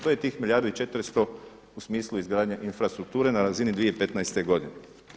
To je tih 1 milijardu i 400 u smislu izgradnje infrastrukture na razini 2015. godine.